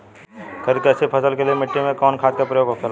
खरीद के अच्छी फसल के लिए मिट्टी में कवन खाद के प्रयोग होखेला?